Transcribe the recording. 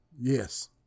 Yes